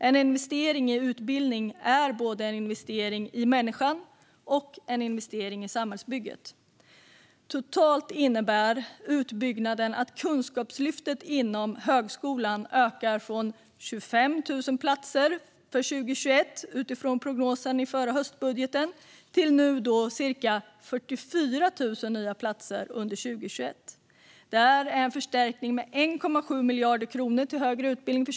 En investering i utbildning är en investering i både människan och samhällsbygget. Totalt innebär utbyggnaden att Kunskapslyftet inom högskolan ökar från 25 000 platser för 2021 utifrån prognosen i den förra höstbudgeten till i stället cirka 44 000 nya platser under 2021. Detta är en förstärkning för 2021 med 1,7 miljarder kronor till högre utbildning.